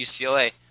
UCLA